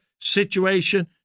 situation